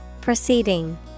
Proceeding